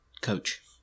coach